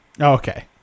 okay